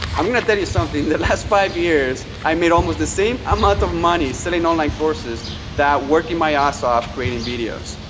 i'm going to tell you something. the last five years, i've made almost the same amount of money selling online courses than working my ass off creating videos,